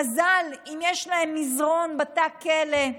מזל אם יש להם מזרן בתא הכלא.